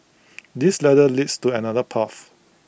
this ladder leads to another path